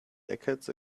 decades